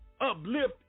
uplift